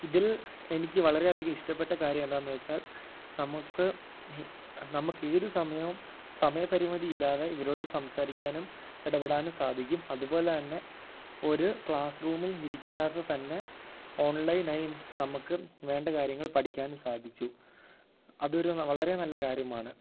ഇതിൽ എനിക്ക് വളരെ അധികം ഇഷ്ടപ്പെട്ട കാര്യം എന്താന്ന് വെച്ചാൽ നമുക്ക് നമുക്ക് ഏത് സമയവും സമയ പരിമിതി ഇല്ലാതെ ഇവരോട് സംസാരിക്കാനും ഇടപെടാനും സാധിക്കും അതുപോലെ തന്നെ ഒരു ക്ലാസ് റൂമിൽ ഇരിക്കാതെ തന്നെ ഓൺലൈനായി നമുക്ക് വേണ്ട കാര്യങ്ങൾ പഠിക്കാനും സാധിച്ചു അതൊരു ന വളരെ നല്ല കാര്യമാണ്